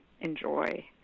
enjoy